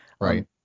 Right